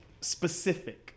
specific